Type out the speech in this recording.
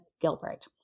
Gilbert